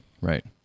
right